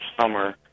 summer